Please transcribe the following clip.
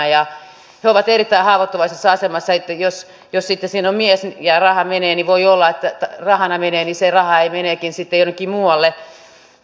he ovat erittäin haavoittuvaisessa asemassa eli jos sitten siinä on mies ja jos se rahana menee niin voi olla että se raha meneekin sitten jonnekin muualle